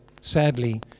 sadly